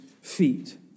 feet